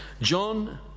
John